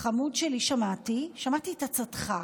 חמוד שלי, שמעתי, שמעתי את עצתך,